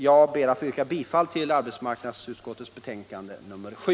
Jag ber att få yrka bifall till vad arbetsmarknadsutskottet hemställt i sitt betänkande nr 7.